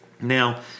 Now